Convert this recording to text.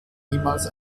niemals